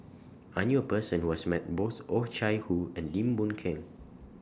I knew A Person Who has Met Both Oh Chai Hoo and Lim Boon Keng